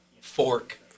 Fork